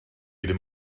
ddim